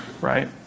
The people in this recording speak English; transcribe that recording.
right